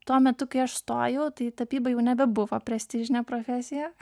tuo metu kai aš stojau tai tapyba jau nebebuvo prestižinė profesija